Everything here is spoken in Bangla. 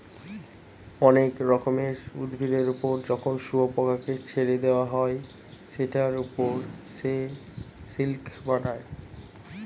অনেক রকমের উভিদের ওপর যখন শুয়োপোকাকে ছেড়ে দেওয়া হয় সেটার ওপর সে সিল্ক বানায়